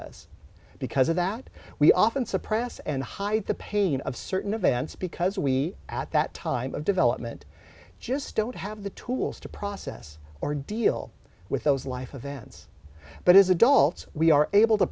us because of that we often suppress and hide the pain of certain events because we at that time of development just don't have the tools to process or deal with those life events but as adults we are able to